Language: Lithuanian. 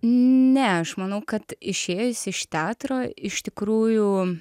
ne aš manau kad išėjus iš teatro iš tikrųjų